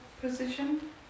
position